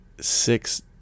six